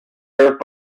served